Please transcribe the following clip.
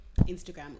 Instagram